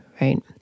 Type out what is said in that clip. right